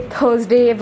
Thursday